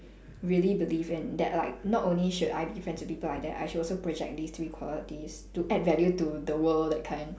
really believe in that like not only should I be friends with people like that I should also project these three qualities to add value to the world that kind